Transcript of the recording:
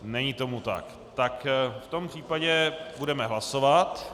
Není tomu tak, v tom případě budeme hlasovat.